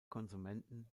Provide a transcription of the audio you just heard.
konsumenten